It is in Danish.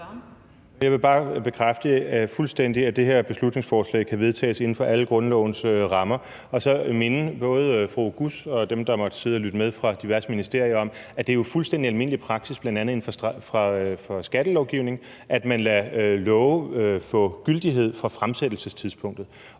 Jeg vil bare fuldstændig bekræfte, at det her beslutningsforslag kan vedtages inden for alle grundlovens rammer, og så minde både fru Halime Oguz og dem, der måtte sidde og lytte med fra diverse ministerier, om, at det jo er fuldstændig almindelig praksis, bl.a. inden for skattelovgivningen, at man lader love få gyldighed fra fremsættelsestidspunktet.